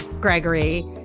Gregory